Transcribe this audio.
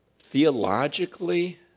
theologically